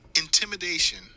intimidation